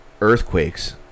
earthquakes